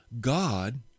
god